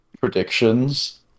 predictions